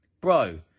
Bro